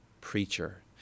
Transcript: preacher